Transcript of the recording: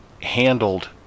handled